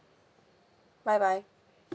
bye bye